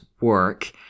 work